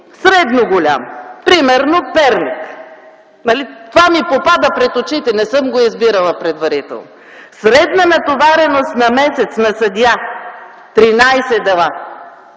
средно голям съд, примерно в Перник, това ми попада пред очите, не съм го избирала предварително – средна натовареност на месец на съдия: 13 дела.